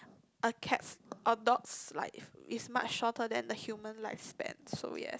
a cat or dog's life is much shorter than the human lifespan so yes